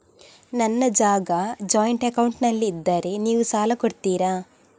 ನನ್ನ ಜಾಗ ಜಾಯಿಂಟ್ ಅಕೌಂಟ್ನಲ್ಲಿದ್ದರೆ ನೀವು ಸಾಲ ಕೊಡ್ತೀರಾ?